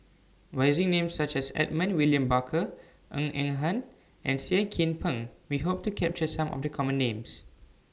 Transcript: By using Names such as Edmund William Barker Ng Eng Hen and Seah Kian Peng We Hope to capture Some of The Common Names